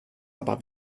aber